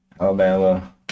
Alabama